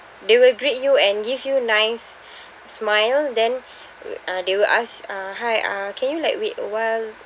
they will greet you and give you nice smile then uh they will ask uh hi uh can you like wait a while